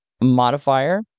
modifier